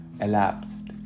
elapsed